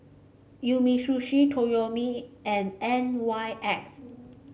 Umisushi Toyomi and N Y X